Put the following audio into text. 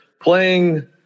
playing